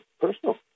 personal